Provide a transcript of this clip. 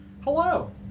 Hello